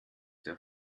der